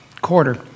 quarter